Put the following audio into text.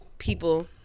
People